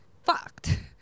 fucked